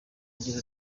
agira